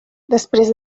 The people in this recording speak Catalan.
després